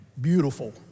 beautiful